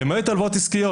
למעט הלוואות עסקיות.